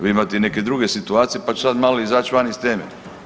Vi imate i neke druge situacije, pa ću sada malo izaći van iz teme.